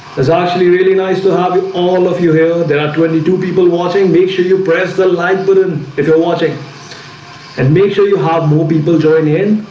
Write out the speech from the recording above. it's actually really nice to have ah all of you here there are twenty two people watching make sure you press the like button if you're watching and make sure you have more people join in